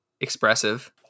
expressive